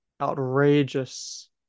outrageous